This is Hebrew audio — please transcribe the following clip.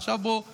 עכשיו בואו נשמע: